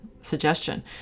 suggestion